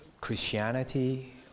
Christianity